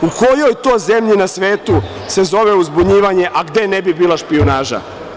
U kojoj to zemlji na svetu se zove uzbunjivanje, a gde ne bi bila špijunaža?